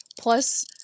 plus